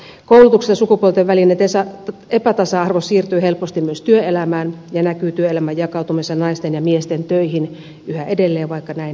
koulutuksesta sukupuolten välinen epätasa arvo siirtyy helposti myös työelämään ja näkyy työelämän jakautumisena naisten ja miesten töihin yhä edelleen vaikka näin ei saisi olla